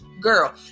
girl